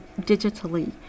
digitally